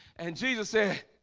and jesus said,